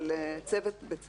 של צוות בית ספר.